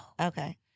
Okay